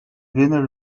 winner